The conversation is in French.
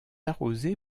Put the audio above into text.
arrosée